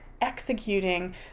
executing